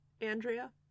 Andrea